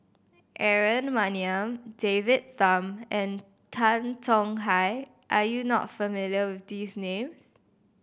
Aaron Maniam David Tham and Tan Tong Hye are you not familiar with these names